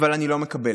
אבל אני לא מקבלת.